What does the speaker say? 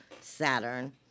saturn